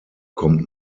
kommt